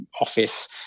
office